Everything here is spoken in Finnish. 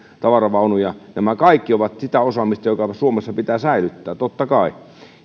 tavaravaunuja nämä kaikki ovat sitä osaamista joka suomessa pitää säilyttää totta kai